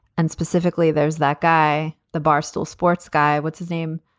and specifically, there's that guy, the barstool sports guy. what's his name?